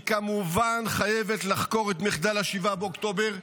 היא כמובן חייבת לחקור את מחדל 7 באוקטובר,